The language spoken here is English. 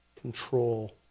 control